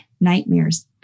nightmares